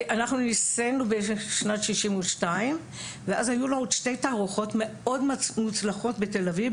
אנחנו נישאנו בשנת 62 ואז היו לו שתי תערוכות מאוד מוצלחות בתל אביב,